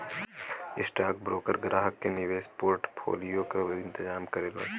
stockbroker ग्राहक के निवेश पोर्टफोलियो क इंतजाम करलन